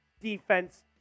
defense